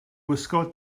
gwisgo